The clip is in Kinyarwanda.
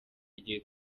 igihe